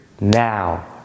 now